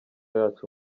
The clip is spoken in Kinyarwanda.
yacu